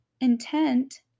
intent